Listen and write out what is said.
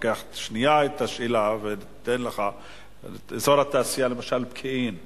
לוקח את השאלה: אזור התעשייה בפקיעין למשל,